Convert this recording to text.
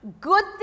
Good